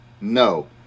no